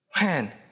Man